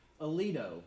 Alito